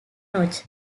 notch